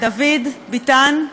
דוד ביטן,